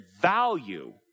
value